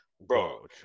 bro